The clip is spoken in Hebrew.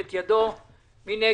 אלה ביום כ"ד בסיוון התש"ף (16 ביוני 2020). תאריך